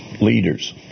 leaders